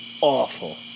awful